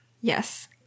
Yes